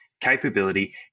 capability